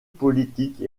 politique